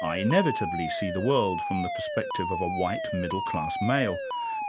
i inevitably see the world from the perspective of a white, middle-class male